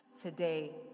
today